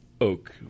oak